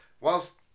Whilst